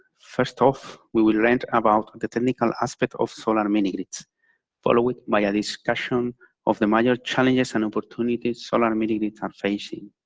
first off, we will learn and about the technical aspects of solar mini grids followed by a discussion of the minor challenges and opportunities solar mini-grids are facing.